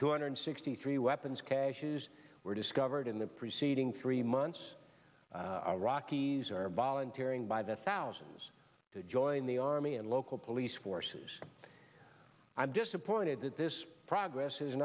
two hundred sixty three weapons caches were discovered in the preceding three months iraqis are volunteering by the thousands to join the army and local police forces i'm disappointed that this progress has